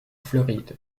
floride